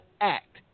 act